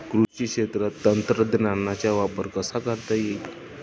कृषी क्षेत्रात तंत्रज्ञानाचा वापर कसा करता येईल?